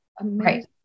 Right